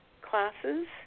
classes